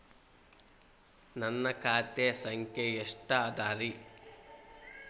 ನನ್ನ ಖಾತೆ ಸಂಖ್ಯೆ ಎಷ್ಟ ಅದರಿ?